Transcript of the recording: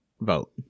vote